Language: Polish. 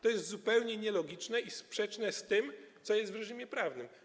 To jest zupełnie nielogiczne i sprzeczne z tym, co jest w reżimie prawnym.